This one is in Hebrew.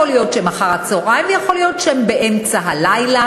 יכול להיות שהם פנויים אחר-הצהריים ויכול להיות שהם פנויים באמצע הלילה,